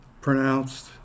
pronounced